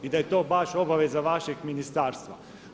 I da je to baš obaveza vašeg ministarstva.